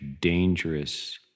dangerous